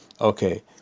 Okay